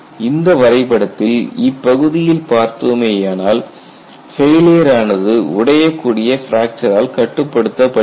இந்த வரைபடத்தில் இப்பகுதியில் பார்த்தோமேயானால் பெயிலியர் ஆனது உடையக்கூடிய பிராக்சரால் கட்டுப்படுத்தப்படுகிறது